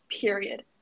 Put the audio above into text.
Period